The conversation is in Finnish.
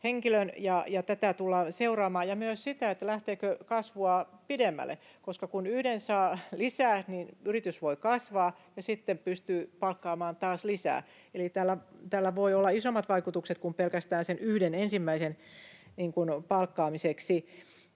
tätä tullaan seuraamaan, samoin sitä, lähteekö kasvua pidemmälle. Kun yhden saa lisää, niin yritys voi kasvaa ja sitten pystyy palkkaamaan taas lisää. Eli tällä voi olla isommat vaikutukset kuin pelkästään sen yhden, ensimmäisen, palkkaaminen.